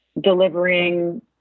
delivering